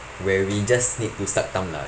where we just need to suck thumb lah